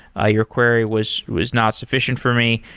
ah your query was was not sufficient for me.